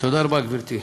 תודה רבה, גברתי.